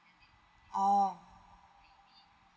oh